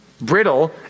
brittle